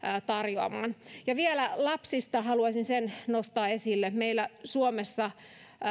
tarjoamaan vielä lapsista haluaisin nostaa esille meillä suomessa